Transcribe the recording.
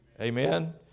Amen